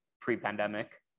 pre-pandemic